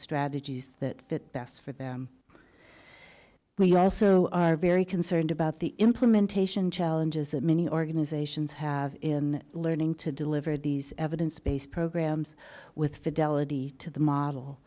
strategies that fit best for them we also are very concerned about the implementation challenges that many organizations have in learning to deliver these evidence based programs with fidelity to the model